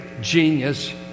genius